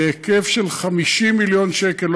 בהיקף של 50 מיליון שקל.